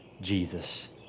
Jesus